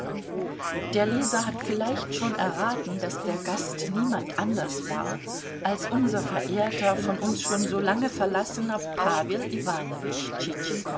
der leser hat vielleicht schon erraten daß der gast niemand anders war als unser verehrter von uns schon so lange verlassener pawel